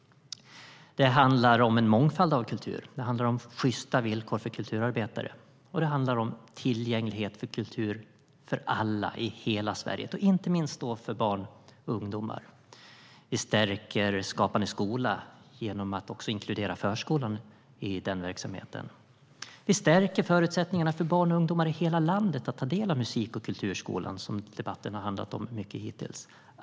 Det handlar om en mångfald av kultur, om sjysta villkor för kulturarbetare och om tillgänglighet till kultur för alla i hela Sverige, inte minst för barn och ungdomar. Vi stärker Skapande skola genom att inkludera även förskolan i den verksamheten. Vi stärker förutsättningarna för barn och ungdomar i hela landet att ta del av musik och kulturskolan, som debatten har handlat mycket om hittills.